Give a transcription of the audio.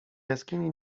jaskini